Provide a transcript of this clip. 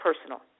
personal